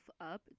up